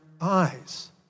eyes